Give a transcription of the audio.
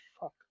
fuck